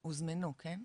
הם הוזמנו, כן?